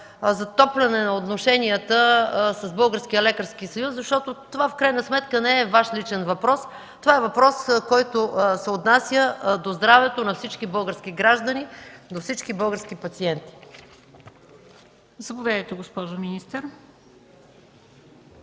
затопляне на отношенията с Българския лекарски съюз? Защото в крайна сметка това не е Ваш личен въпрос, това е въпрос, който се отнася до здравето на всички български граждани, до всички български пациенти. ПРЕДСЕДАТЕЛ МЕНДА